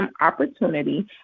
opportunity